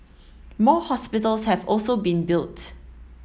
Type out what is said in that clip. more hospitals have also been built